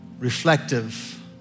reflective